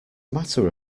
matter